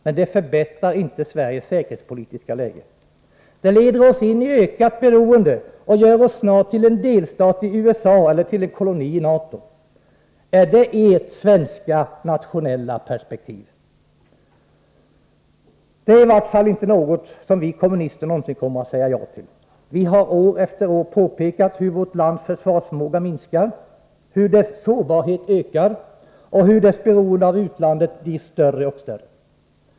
Men det förbättrar inte Sveriges säkerhetspolitiska läge. Det leder oss in i ökat beroende, och gör oss snart till en delstat i USA eller till en koloni i NATO. Är det ert svenska, nationella perspektiv? Det är i vart fall inte något som vi kommunister någonsin kommer att säga ja till. Vi har år efter år påpekat hur vårt lands försvarsförmåga minskar, hur dess sårbarhet ökar och hur dess beroende av utlandet blir större och större.